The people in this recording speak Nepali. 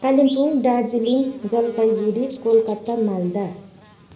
कालिम्पोङ दार्जिलिङ जलपाइगुडी कोलकत्ता मालदा